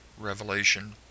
Revelation